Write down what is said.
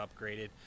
upgraded